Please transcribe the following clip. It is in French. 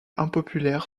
impopulaire